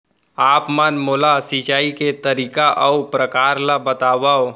आप मन मोला सिंचाई के तरीका अऊ प्रकार ल बतावव?